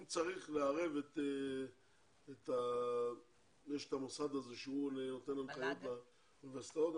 אם צריך לערב את --- מל"ג, המועצה להשכלה גבוהה.